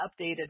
updated